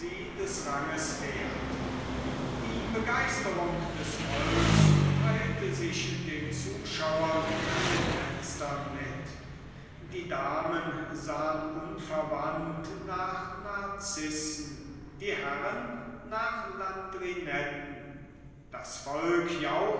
des ranges wert die begeisterung des volkes teilte sich den zuschauern an den fenstern mit die damen sahen unverwandt nach narzissen die herren nach landrinetten das volk jauchzte